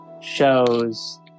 shows